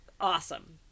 awesome